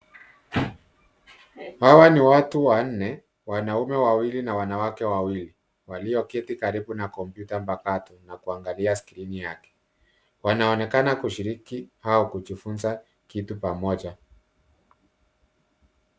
Hawa ni watu wanne, wanaume wawili na wanawake wawili. Walioketi karibu na kompyuta mpakato na kuangalia skirini yake. Wanaonekana kushiriki au kutufunza kitu pamoja.